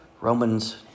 Romans